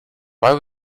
why